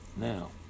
Now